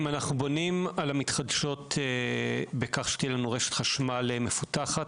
אם אנחנו בונים על המתחדשות בכך שתהיה לנו רשת חשמל מפותחת,